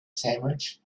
sandwich